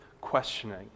questioning